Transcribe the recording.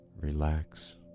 relax